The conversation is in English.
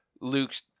Luke's